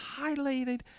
highlighted